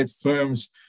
firms